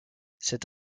cette